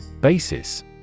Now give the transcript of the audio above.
Basis